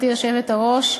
גברתי היושבת-ראש,